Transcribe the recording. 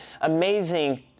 amazing